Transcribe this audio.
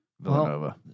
Villanova